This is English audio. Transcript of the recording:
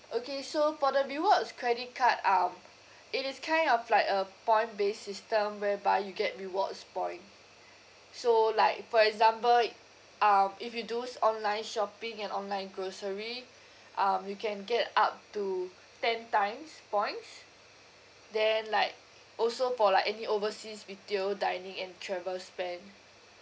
okay so for the rewards credit card um it is kind of like a point based system whereby you get rewards point so like for example um if you do s~ online shopping and online grocery um you can get up to ten times points then like also for like any overseas retail dining and travel spend